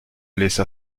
laissa